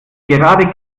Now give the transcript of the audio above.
gerade